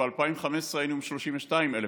ב-2015 היינו עם 32,000 עולים,